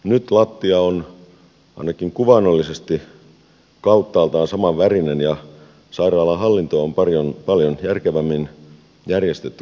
nyt lattia on ainakin kuvaannollisesti kauttaaltaan samanvärinen ja sairaalan hallinto on paljon järkevämmin järjestetty kuin aikaisemmin